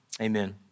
Amen